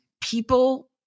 people